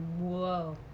Whoa